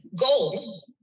goal